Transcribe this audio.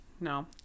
No